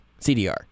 CDR